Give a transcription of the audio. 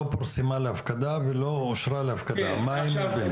לא פורסמה להפקדה ולא אושרה להפקדה מה היא מבניהם?